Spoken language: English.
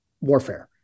warfare